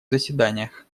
заседаниях